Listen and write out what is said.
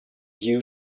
you